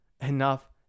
enough